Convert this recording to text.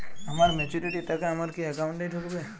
আমার ম্যাচুরিটির টাকা আমার কি অ্যাকাউন্ট এই ঢুকবে?